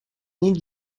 mean